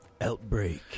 Outbreak